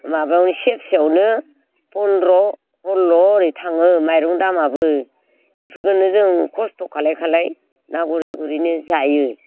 माबावनो सेरसेयावनो फन्द्र शल्ल' ओरै थाङो माइरंनि दामाबो इफोरखोनो जों खस्त' खालाय खालाय ना गुरै गुरैनो जायो